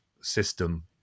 system